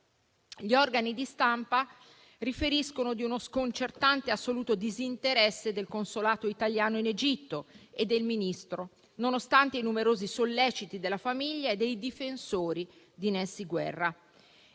organi di stampa riferiscono di uno sconcertante e assoluto disinteresse del consolato italiano in Egitto e del Ministro in indirizzo, nonostante i numerosi solleciti della famiglia e dei difensori di Nessy Guerra,